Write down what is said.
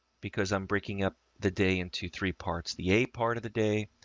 because i'm breaking up the day into three parts, the a part of the day,